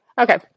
okay